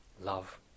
love